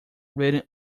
reading